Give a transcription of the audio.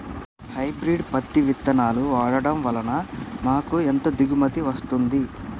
Hybrid పత్తి విత్తనాలు వాడడం వలన మాకు ఎంత దిగుమతి వస్తుంది?